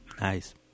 Nice